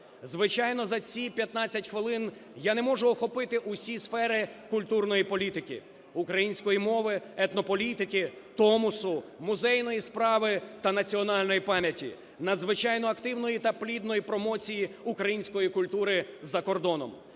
Звичайно, за ці 15 хвилин я не можу охопити усі сфери культурної політики: української мови, етнополітики, Томосу, музейної справи та національної пам'яті, надзвичайно активної та плідної промоції української культури за кордоном.